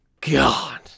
God